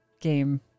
game